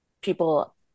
people